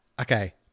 okay